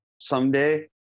someday